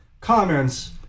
comments